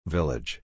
Village